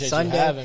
Sunday